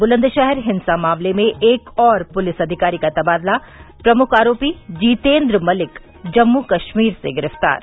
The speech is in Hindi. बुलंदशहर हिंसा मामले में एक और पुलिस अधिकारी का तबादला प्रमुख आरोपी जीतेन्द्र मलिक जम्मू कश्मीर से गिरफ़्तार